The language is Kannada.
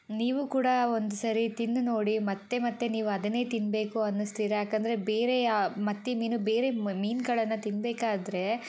ನೀವು ಕೂಡ ಒಂದ್ಸರಿ ತಿಂದು ನೋಡಿ ಮತ್ತೆ ಮತ್ತೆ ನೀವು ಅದನ್ನೇ ತಿನ್ನಬೇಕು ಅನ್ನಿಸ್ತೀರ ಯಾಕಂದರೆ ಬೇರೆ ಯಾವ ಮತ್ತಿ ಮೀನು ಬೇರೆ ಮೀನುಗಳನ್ನ ತಿನ್ನಬೇಕಾದ್ರೆ